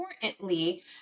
importantly